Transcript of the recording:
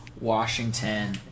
Washington